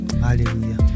Hallelujah